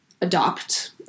adopt